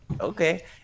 Okay